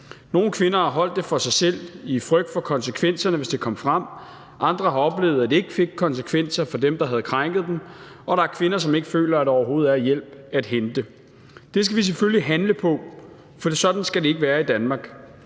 Nogle kvinder har holdt det for sig selv i frygt for konsekvenserne, hvis det kom frem. Andre har oplevet, at det ikke fik konsekvenser for dem, der havde krænket dem, og der er kvinder, som ikke føler, at der overhovedet er hjælp at hente. Det skal vi selvfølgelig handle på, for sådan skal det ikke være i Danmark.